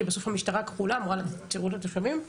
כי בסוף המשטרה הכחולה אמורה לתת שירות לתושבים,